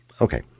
Okay